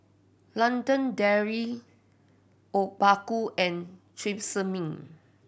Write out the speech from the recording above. London Dairy Obaku and Tresemme